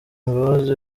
imbabazi